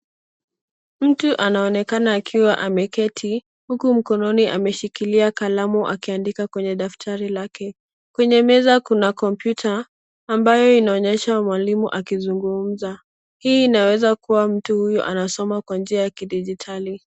Mtu anaonekana akiwa ameketi huku mkononi ameshikilia kalamu akiandika kwenye daftari lake. Kwenye meza kuna kompyuta ambayo inaonyesha mwalimu akizungumza. Hii inaweza kuwa mtu huyu anasoma kwa njia ya kidijitali.